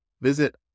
Visit